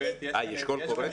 יש קול קורא?